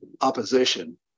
opposition